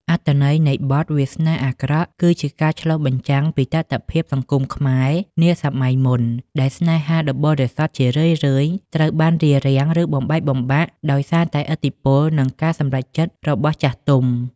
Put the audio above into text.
អត្ថន័យនៃបទ "វាសនាអាក្រក់" គឺជាការឆ្លុះបញ្ចាំងពីតថភាពសង្គមខ្មែរនាសម័យមុន ដែលស្នេហាដ៏បរិសុទ្ធជារឿយៗត្រូវបានរារាំង ឬបំបែកបំបាក់ដោយសារតែឥទ្ធិពល និងការសម្រេចចិត្តរបស់ចាស់ទុំ។